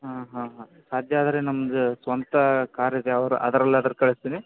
ಹಾಂ ಹಾಂ ಹಾಂ ಅದಾದ್ರೆ ನಮಗೆ ಸ್ವಂತ ಕಾರ್ ಇದೆ ಅವ್ರು ಅದರಲ್ಲಾದ್ರೆ ಕಳಿಸ್ತಿನಿ